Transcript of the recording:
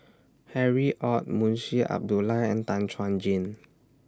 Harry ORD Munshi Abdullah and Tan Chuan Jin